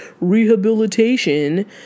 rehabilitation